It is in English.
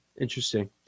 interesting